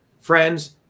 friends